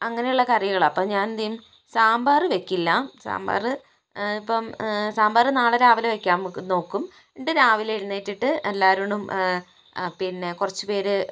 അങ്ങനെയുള്ള കറികൾ അപ്പം ഞാൻ എന്തു ചെയ്യും സാമ്പാർ വെക്കില്ല സാമ്പാർ ഇപ്പം സാമ്പാർ നാളെ രാവിലെ വെക്കാൻ നോക്കും എന്നിട്ട് രാവിലെ എഴുന്നേറ്റിട്ട് എല്ലാ അരുണും പിന്നെ കുറച്ചു പേർ